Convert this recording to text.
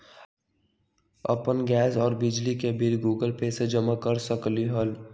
अपन गैस और बिजली के बिल गूगल पे से जमा कर सकलीहल?